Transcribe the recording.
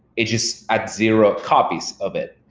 it just adds zero copies of it.